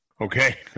Okay